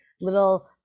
little